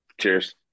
Cheers